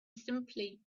simply